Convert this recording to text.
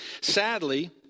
Sadly